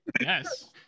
Yes